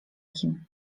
kim